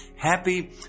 happy